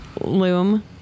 loom